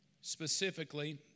Specifically